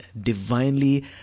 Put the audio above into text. divinely